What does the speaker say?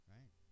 Right